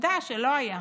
עובדה שלא היה.